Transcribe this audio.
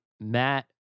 Matt